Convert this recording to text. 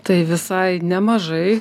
tai visai nemažai